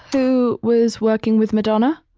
who was working with madonna?